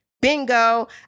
Bingo